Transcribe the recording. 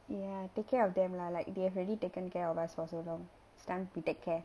ya take care of them lah like they have already taken care of us for so long it's time we take care